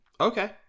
okay